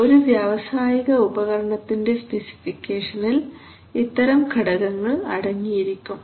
ഒരു വ്യാവസായിക ഉപകരണത്തിന്റെ സ്പെസിഫിക്കേഷനിൽ ഇത്തരം ഘടകങ്ങൾ അടങ്ങിയിരിക്കും